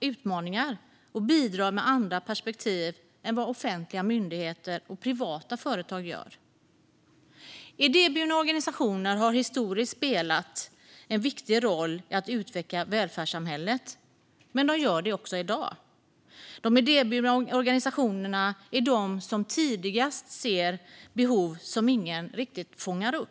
utmaningar och bidrar med andra perspektiv än vad offentliga myndigheter och privata företag gör. Idéburna organisationer har historiskt spelat en viktig roll i att utveckla välfärdssamhället. Men de gör det också i dag. De idéburna organisationerna är de som tidigast ser behov som ingen riktigt fångar upp.